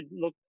look